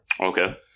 Okay